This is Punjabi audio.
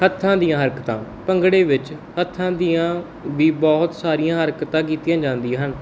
ਹੱਥਾਂ ਦੀਆਂ ਹਰਕਤਾਂ ਭੰਗੜੇ ਵਿੱਚ ਹੱਥਾਂ ਦੀਆਂ ਵੀ ਬਹੁਤ ਸਾਰੀਆਂ ਹਰਕਤਾਂ ਕੀਤੀਆਂ ਜਾਂਦੀਆਂ ਹਨ